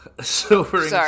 Sorry